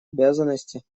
обязанности